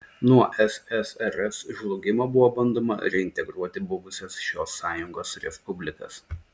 nuo ssrs žlugimo buvo bandoma reintegruoti buvusias šios sąjungos respublikas